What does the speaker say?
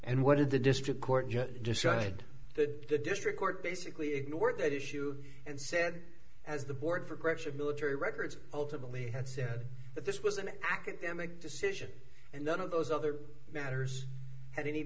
and what did the district court judge decide that the district court basically ignored that issue and said as the board for gretsch of military records ultimately had said that this was an academic decision and none of those other matters had any